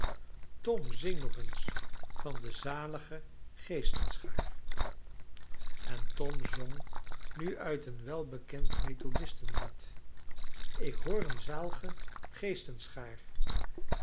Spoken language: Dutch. tom zing nog eens van de zalige geestenschaar en tom zong nu uit een welbekend methodistenlied ik hoor een zaalge